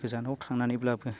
गोजानाव थांनानैब्लाबो